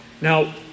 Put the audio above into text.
Now